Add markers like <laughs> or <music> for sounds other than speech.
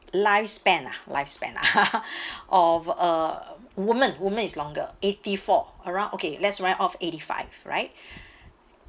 lifespan ah lifespan <laughs> <breath> of a woman woman is longer eighty-four around okay let's round it of eighty-five right <breath>